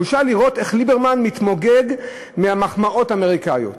בושה לראות איך ליברמן מתמוגג מהמחמאות האמריקניות.